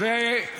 גם